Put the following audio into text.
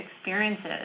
experiences